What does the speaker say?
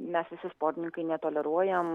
mes visi sportininkai netoleruojam